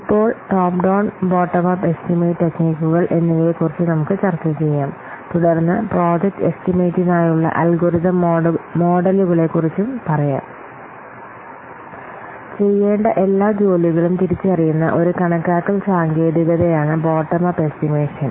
ഇപ്പോൾ top down bottom up estimate ടെക്നിക്കുകൾ എന്നിവയെക്കുറിച്ച് നമുക്ക് ചർച്ച ചെയ്യാം തുടർന്ന് പ്രോജക്റ്റ് എസ്റ്റിമേറ്റിനായുള്ള അൽഗോരിതം മോഡലുകളെക്കുറിച്ച് പറയാം ചെയ്യേണ്ട എല്ലാ ജോലികളും തിരിച്ചറിയുന്ന ഒരു കണക്കാക്കൽ സാങ്കേതികതയാണ് ബോട്ടം അപ് എസ്റ്റിമേഷൻ